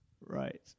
Right